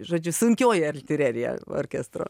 žodžiu sunkioji artilerija orkestro